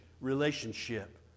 relationship